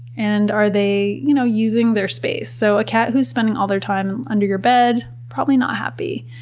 and are they you know using their space? so a cat who's spending all their time under your bed, probably not happy.